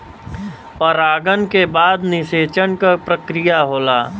परागन के बाद निषेचन क प्रक्रिया होला